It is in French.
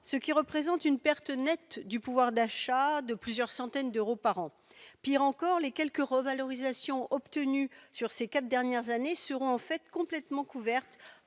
Cela représente une perte nette de pouvoir d'achat de plusieurs centaines d'euros par an. Pire encore, les quelques revalorisations obtenues lors des quatre dernières années seront en fait complètement couvertes